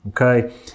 okay